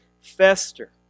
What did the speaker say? fester